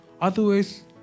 Otherwise